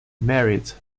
married